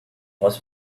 was